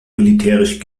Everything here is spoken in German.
militärisch